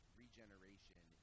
regeneration